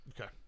Okay